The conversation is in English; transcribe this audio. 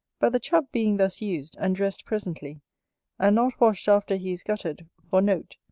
but the chub being thus used, and dressed presently and not washed after he is gutted, for note,